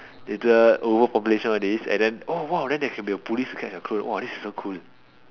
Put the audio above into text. later overpopulation all this and then oh !wow! then there can be a police to catch the clone oh !wow! this is so cool